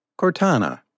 Cortana